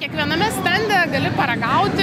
kiekviename stende gali paragauti